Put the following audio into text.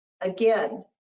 Again